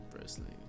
personally